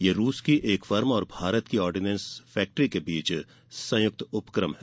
यह रूस की एक फर्म और भारत की आडिनेंस फैक्टरी के बीच संयुक्त उपक्रम है